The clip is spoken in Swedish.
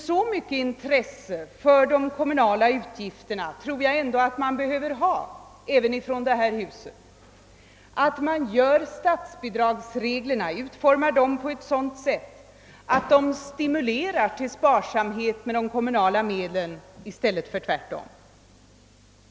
Så mycket intresse för de kommunala utgifterna tror jag i alla fall att man behöver visa även i detta hus att man utformar statsbidragsreglerna på ett sådant sätt att de stimulerar till sparsamhet med de kommu nala medlen i stället för tvärtom.